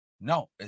No